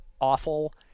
awful